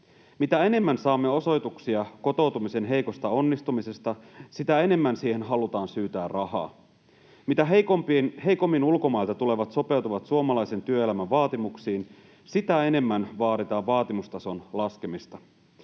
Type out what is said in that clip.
Mitä enemmän saamme osoituksia kotoutumisen heikosta onnistumisesta, sitä enemmän siihen halutaan syytää rahaa. Mitä heikommin ulkomailta tulevat sopeutuvat suomalaisen työelämän vaatimuksiin, sitä enemmän vaaditaan vaatimustason laskemista.